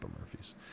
Murphy's